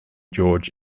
george